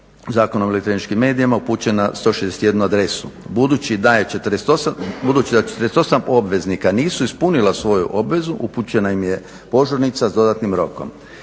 Zakonom o elektroničkim medijima upućena na 161 adresu. Budući da je 48 obveznika nisu ispunila svoju obvezu upućena im je požurnica s dodatnim rokom.